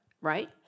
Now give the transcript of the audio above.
Right